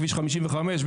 בכביש 55,